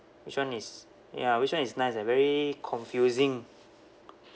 which one is ya which one is nice eh very confusing